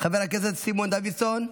חבר הכנסת סימון דוידסון,